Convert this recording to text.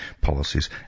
policies